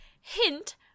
hint